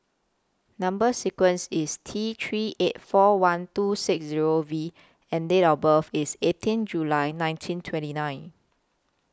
Number sequence IS T three eight four one two six Zero V and Date of birth IS eighteen July nineteen twenty nine